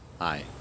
Hi